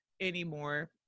anymore